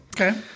Okay